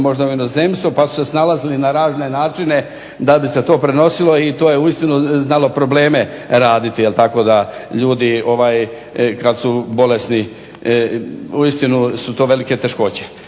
možda u inozemstvo pa su se snalazili na razne načine da bi se to prenosilo. I to je uistinu znalo probleme raditi, tako da ljudi kad su bolesni uistinu su to velike teškoće.